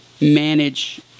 manage